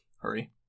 hurry